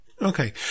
Okay